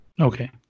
Okay